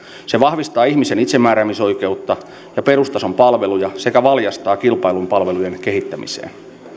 se vahvistaa ihmisen itsemääräämisoikeutta ja perustason palveluja sekä valjastaa kilpailun palvelujen kehittämiseen